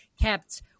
kept